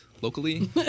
locally